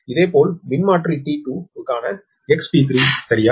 இதேபோல் மின்மாற்றி T3 க்கான XT3 சரியா